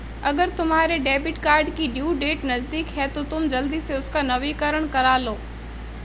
अगर तुम्हारे debit card की ड्यू डेट नज़दीक है तो तुम जल्दी से उसका नवीकरण करालो